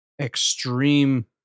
extreme